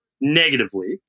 negatively